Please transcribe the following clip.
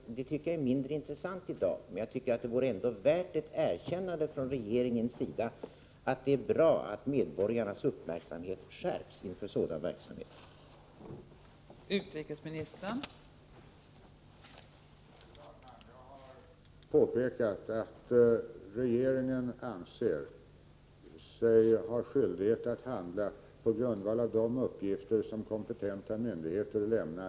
Och det tycker jag är mindre intressant i dag, men det vore ändå värt ett erkännande från regeringens sida att det är bra att medborgarnas uppmärksamhet vad gäller sådan här verksamhet skärps.